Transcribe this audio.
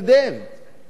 ועם נציגיו,